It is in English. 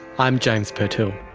i'm james purtill